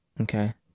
Okay